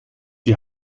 die